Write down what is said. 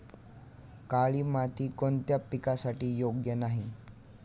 काळी माती कोणत्या पिकासाठी योग्य नाही?